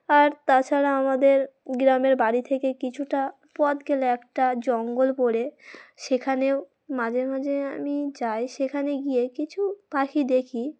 আর তাছাড়া আমাদের গ্রামের বাড়ি থেকে কিছুটা পথ গেলে একটা জঙ্গল পড়ে সেখানেও মাঝে মাঝে আমি যাই সেখানে গিয়ে কিছু পাখি দেখি